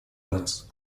нас